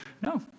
No